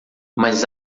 mas